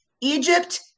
Egypt